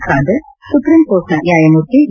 Khader supreme ಕೋರ್ಟ್ನ ನ್ಯಾಯಮೂರ್ತಿ V